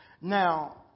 Now